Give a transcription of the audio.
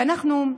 כי אנחנו,